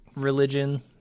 religion